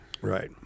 Right